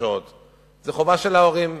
זו חובה של ההורים,